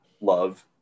love